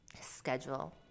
schedule